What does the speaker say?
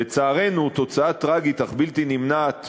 לצערנו, תוצאה טרגית אך בלתי נמנעת